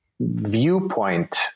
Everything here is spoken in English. viewpoint